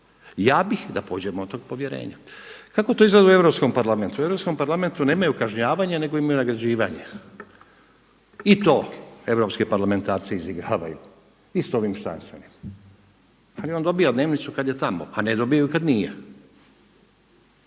Ja bih da pođemo od tog povjerenja. Kako to izgleda u Europskom parlamentu? U Europskom parlamentu nemaju kažnjavanja nego imaju nagrađivanje. I to europske parlamentarce izigravaju i sa ovim štancanjem. Ali on dobiva dnevnicu kada je tamo a ne dobije ju kada nije.